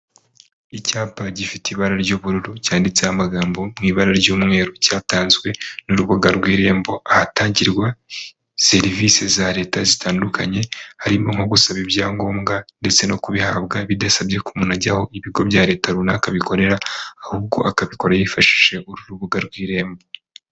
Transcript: Icyapa gifite ibara ry'ubururu cyanditseho amagambo mu ibara ry'umweru, cyatanzwe n'urubuga rw'irembo, ahatangirwa serivisi za leta zitandukanye, harimo nko gusaba ibyangombwa ndetse no kubihabwa bidasabye ko umuntu ajya aho ibigo bya leta runaka bikorera, ahubwo akabikora yifashishije uru rubuga rw'irembo.